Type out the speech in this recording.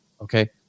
Okay